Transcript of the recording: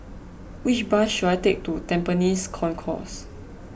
which bus should I take to Tampines Concourse